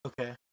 okay